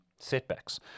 setbacks